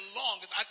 longest